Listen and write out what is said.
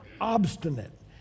obstinate